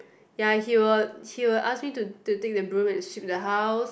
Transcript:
ya he will he will ask me to to take the broom and sweep the house